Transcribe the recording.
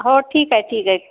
हो ठीक आहे ठीक आहे